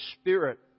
Spirit